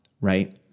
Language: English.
right